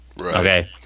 Okay